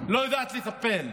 לא יודעת לטפל.